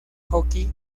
hockey